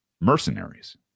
mercenaries